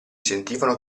sentivano